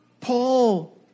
Paul